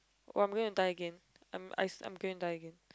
oh I'm going to die again I'm I I'm going to die again